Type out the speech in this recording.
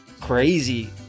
crazy